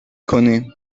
کنیم